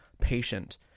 patient